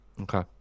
Okay